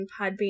Podbean